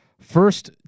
first